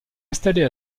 installée